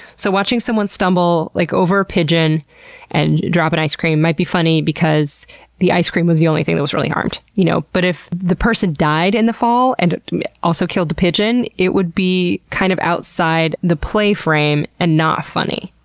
so, watching someone stumble like over a pigeon and drop an ice cream might be funny because the ice cream was the only thing that was really harmed, you know but if that person died in and the fall and also killed the pigeon, it would be kind of outside the play frame and not funny.